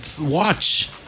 watch